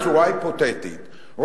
בצורה היפותטית,